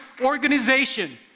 organization